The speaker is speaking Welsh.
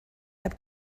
heb